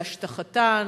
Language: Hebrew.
להשטחתן,